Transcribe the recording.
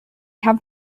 have